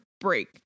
break